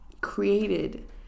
created